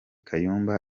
kayumba